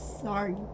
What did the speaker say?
sorry